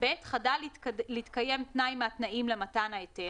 (ב)חדל להתקיים תנאי מהתנאים למתן ההיתר,